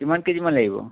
কিমান কেজিমান লাগিব